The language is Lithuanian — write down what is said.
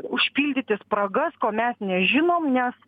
užpildyti spragas ko mes nežinom nes